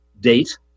date